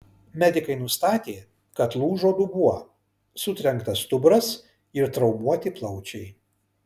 medikai nustatė kad lūžo dubuo sutrenktas stuburas ir traumuoti plaučiai